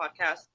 podcast